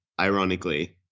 ironically